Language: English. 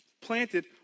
planted